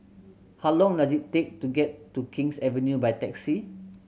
how long does it take to get to King's Avenue by taxi